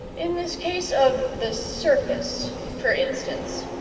in this case of the circus, for instance,